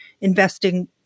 investing